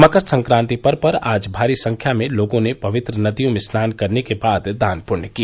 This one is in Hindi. मकर संक्रांति पर्व पर आज भारी संख्या में लोगों ने पवित्र नदियों में स्नान करने के बाद दान पुण्य किया